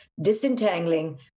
disentangling